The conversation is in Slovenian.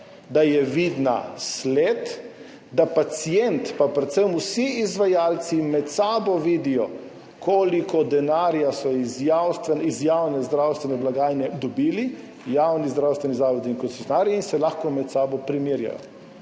da je vidna sled, da pacient pa predvsem vsi izvajalci med sabo vidijo, koliko denarja so iz javne zdravstvene blagajne dobili javni zdravstveni zavodi in koncesionarji in se lahko med sabo primerjajo.